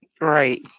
right